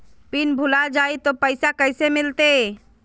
Pin भूला जाई तो पैसा कैसे मिलते?